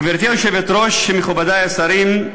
גברתי היושבת-ראש, מכובדי השרים,